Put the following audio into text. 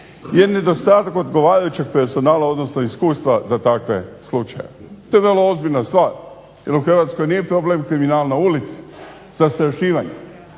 ističe je nedostatak odgovarajućeg personala odnosno iskustva za takve slučajeve. To je vrlo ozbiljna stvar jer u Hrvatskoj nije problem kriminal na ulici, zastrašivanje.